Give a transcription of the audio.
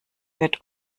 wird